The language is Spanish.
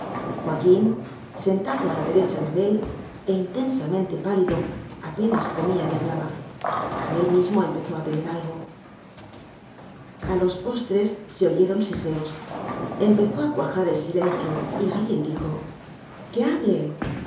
joaquín sentado a la derecha de abel e intensamente pálido ape nas comía ni hablaba abel mismo empezó a temer algo a los postres se oyeron siseos empezó a cuajar el silencio y alguien dijo que ha